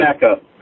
backup